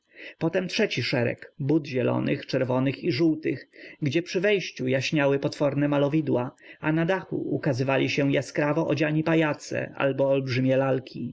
potem trzeci szereg bud zielonych czerwonych i żółtych gdzie przy wejściu jaśniały potworne malowidła a na dachu ukazywali się jaskrawo odziani pajace albo olbrzymie lalki